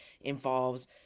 involves